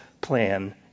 plan